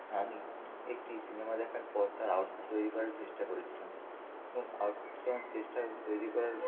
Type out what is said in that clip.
আমি একটি সিনেমা দেখার পর তার আউটফিট তৈরি করার চেষ্টা করেছিলাম এবং আউটফিটটা চেষ্টা তৈরি করার